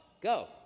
go